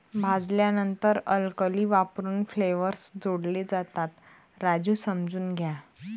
भाजल्यानंतर अल्कली वापरून फ्लेवर्स जोडले जातात, राजू समजून घ्या